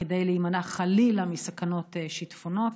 כדי להימנע מסכנות של שיטפונות,